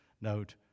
note